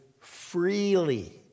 freely